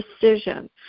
decision